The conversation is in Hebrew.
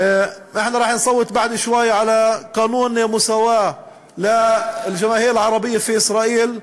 עוד מעט נצביע על חוק שוויון האוכלוסייה הערבית בישראל.